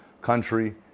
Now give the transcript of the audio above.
country